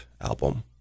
album